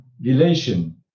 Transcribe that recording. relation